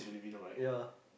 ya